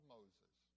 Moses